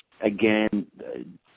again